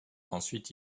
ensuite